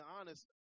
honest